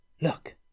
Look